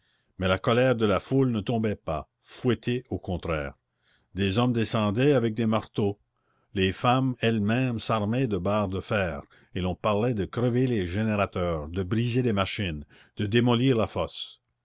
mais la colère de la foule ne tombait pas fouettée au contraire des hommes descendaient avec des marteaux les femmes elles-mêmes s'armaient de barres de fer et l'on parlait de crever les générateurs de briser les machines de démolir la fosse